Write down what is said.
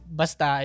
basta